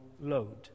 load